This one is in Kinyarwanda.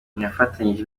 nifatanyije